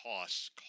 costs